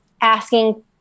asking